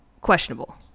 questionable